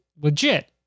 legit